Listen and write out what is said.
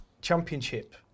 Championship